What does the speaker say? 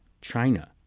China